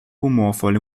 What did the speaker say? humorvolle